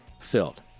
filled